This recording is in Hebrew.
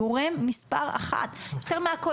גורם מס' 1. יותר מהכל,